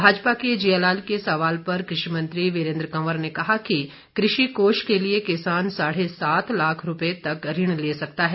भाजपा के जिया लाल के सवाल पर कृषि मंत्री वीरेंद्र कंवर ने कहा कि कृषि कोष के लिए किसान साढ़े सात लाख रूपए तक ऋण ले सकता है